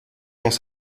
dans